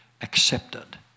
accepted